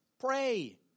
Pray